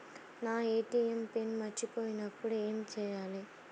నా ATM pin మర్చిపోయినప్పుడు ఏమి చేయాలి?